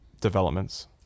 developments